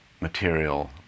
material